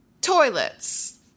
toilets